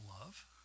love